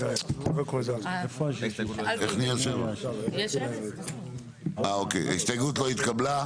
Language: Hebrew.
7 נמנעים, 0 ההסתייגות לא התקבלה.